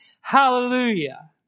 Hallelujah